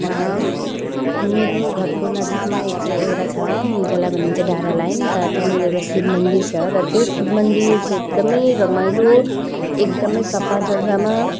मेरो घरको नजिकमा एक चाहिँ एउटा छ जसलाई भनिन्छ डाँडा लाइन र त्यहाँनिर एउटा शिव मन्दिर छ र त्यो शिव मन्दिर चाहिँ एकदमै रमाइलो एकदमै सफा जग्गामा